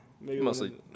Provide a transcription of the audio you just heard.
Mostly